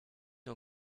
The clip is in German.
nur